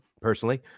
personally